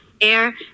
air